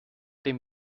dem